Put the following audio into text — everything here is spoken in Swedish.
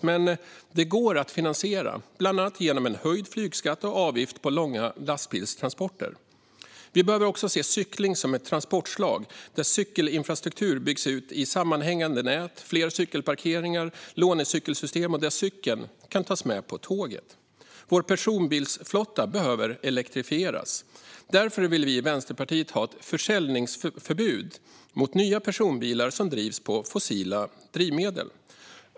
Men det går att finansiera, bland annat genom en höjd flygskatt och avgift på långa lastbilstransporter. Vi behöver också se cykling som ett transportslag, där cykelinfrastruktur byggs ut i sammanhängande nät. Det behövs fler cykelparkeringar och lånecykelsystem, och cykeln ska kunna tas med på tåget. Vår personbilsflotta behöver elektrifieras. Därför vill vi i Vänsterpartiet ha ett försäljningsförbud mot nya personbilar som drivs på fossila drivmedel.